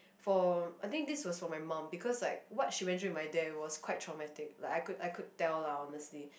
for I think this was for my mum because like what she went through with my dad it was quite traumatic like I could I could tell lah honestly